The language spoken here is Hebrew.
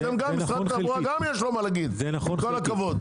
משרד התחבורה גם יש לו מה להגיד, עם כל הכבוד.